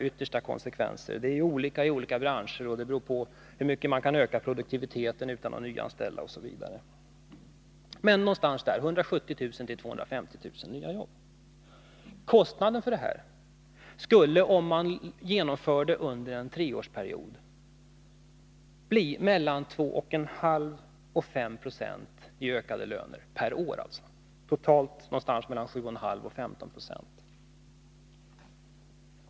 Det är olika i olika branscher, det beror på hur mycket man kan öka produktiviteten utan att nyanställa osv. Men någonstans omkring 170 000-250 000 nya jobb skulle man hamna. Kostnaden för detta, om man genomförde det under en treårsperiod, skulle bli mellan 2,5 och 5 96 i ökade löner per år. Alltså totalt någonstans mellan 7,5 och 15 96.